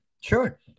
Sure